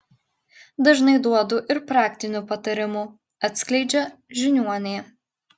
dažnai duodu ir praktinių patarimų atskleidžia žiniuonė